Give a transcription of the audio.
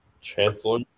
Chancellor